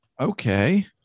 Okay